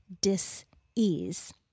dis-ease